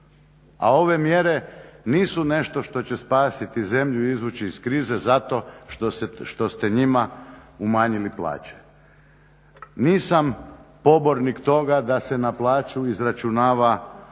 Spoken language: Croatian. A ove mjere nisu nešto što će spasiti zemlju, izvući iz krize zato što ste njima umanjili plaće. Nisam pobornik toga da se na plaću izračunava